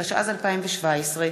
התשע"ז 2017,